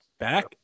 Back